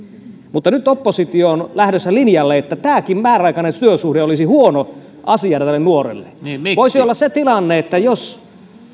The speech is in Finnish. mutta nyt oppositio on lähdössä linjalle että tämäkin määräaikainen työsuhde olisi huono asia nuorelle voisi olla se tilanne jos